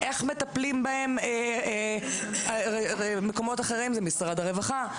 איך מטפלים בהם מקומות אחרים זו שאלה למשרד הרווחה.